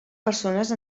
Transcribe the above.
persones